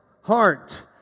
heart